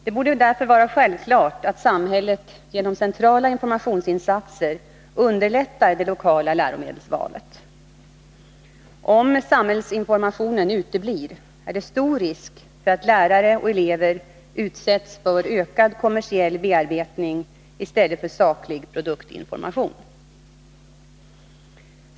Det borde därför vara självklart att samhället genom centrala informationsinsatser underlättar det lokala läromedelsvalet. Om samhällsinformationen uteblir är det stor risk för att lärare och elever utsätts för ökad kommersiell bearbetning i stället för saklig produktinformation.